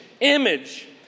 image